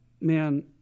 man